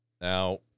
Now